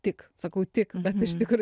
tik sakau tik bet iš tikro